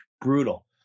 brutal